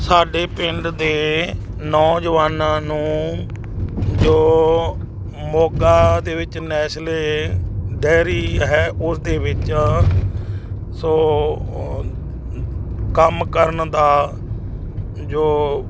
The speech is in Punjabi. ਸਾਡੇ ਪਿੰਡ ਦੇ ਨੌਜਵਾਨਾਂ ਨੂੰ ਜੋ ਮੋਗਾ ਦੇ ਵਿੱਚ ਨੈਸਲੇ ਡੇਰੀ ਹੈ ਉਸ ਦੇ ਵਿੱਚ ਸੋ ਕੰਮ ਕਰਨ ਦਾ ਜੋ